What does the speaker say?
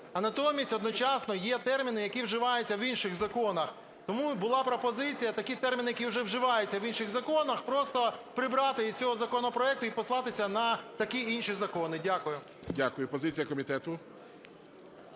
А натомість одночасно є терміни, які вживаються в інших законах. Тому і була пропозиція такий термін, який уже вживається в інших законах, просто прибрати із цього законопроекту і послатися на такі інші закони. Дякую. ГОЛОВУЮЧИЙ. Дякую. Позиція комітету.